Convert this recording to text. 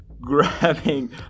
grabbing